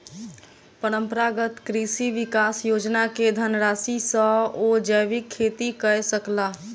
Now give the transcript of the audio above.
परंपरागत कृषि विकास योजना के धनराशि सॅ ओ जैविक खेती कय सकला